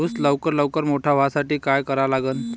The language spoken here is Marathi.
ऊस लवकर मोठा व्हासाठी का करा लागन?